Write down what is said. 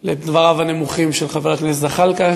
על דבריו הנמוכים של חבר הכנסת זחאלקה,